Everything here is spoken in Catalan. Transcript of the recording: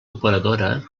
operadora